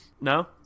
no